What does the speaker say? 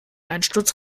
einsturz